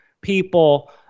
people